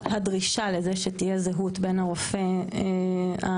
הדרישה לזה שתהיה זהות בין הרופא המנתח